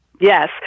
yes